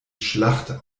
schlacht